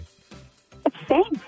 Thanks